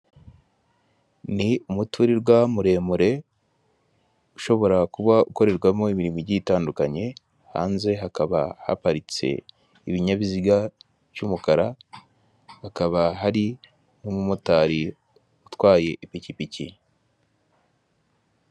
Ni umutirirwa muremure ushobora kuba ukorerwamo imirimo igiye itandukanye, hanze hakaba haparitse ibinyabiziga by'umukara, hakaba hari n'umumotari utwaye ipikipiki.